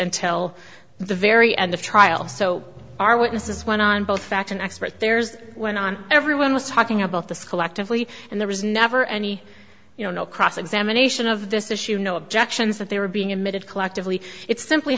until the very end of trial so our witnesses went on both fact an expert there's went on everyone was talking about the school actively and there was never any you know no cross examination of this issue no objections that they were being admitted collectively it's simply